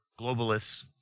globalists